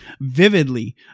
vividly